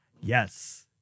Yes